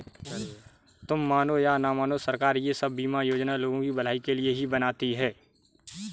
तुम मानो या न मानो, सरकार ये सब बीमा योजनाएं लोगों की भलाई के लिए ही बनाती है